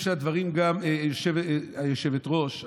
היושבת-ראש,